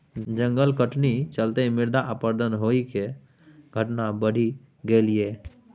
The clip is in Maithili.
जंगल कटनी चलते मृदा अपरदन होइ केर घटना बढ़ि गेलइ यै